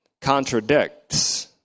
contradicts